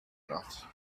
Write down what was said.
enough